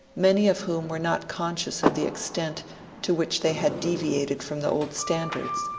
many of whom were not conscious of the extent to which they had deviated from the old standards.